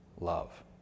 love